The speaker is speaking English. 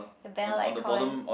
the bell icon